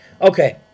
Okay